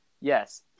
Yes